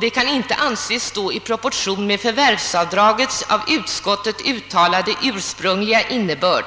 Det står inte i överensstämmelse med förvärvsavdragets av utskottet uttalade ursprungliga innebörd